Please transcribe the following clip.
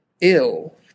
ill